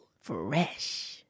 Fresh